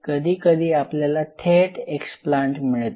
कधी कधी आपल्याला थेट एक्सप्लांट मिळते